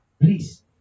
please